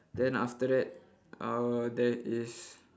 then after that uh there is